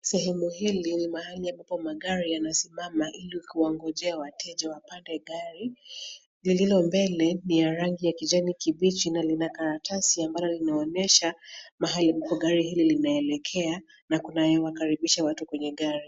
Sehemu hili ni mahali ambapo magari yanasimama ili kuwangojea wateja wapate gari. Lililo mbele ni ya rangi ya kijani kibichi na lina karatasi ambalo linaonyesha mahali gari hili linaelekea na kuna anayekaribisha watu kwenye gari.